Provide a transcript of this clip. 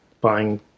buying